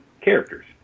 characters